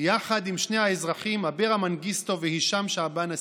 יחד עם שני האזרחים אברה מנגיסטו והישאם שעבאן א-סייד.